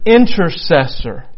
intercessor